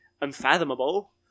unfathomable